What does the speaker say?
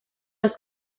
los